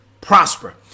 prosper